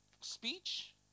speech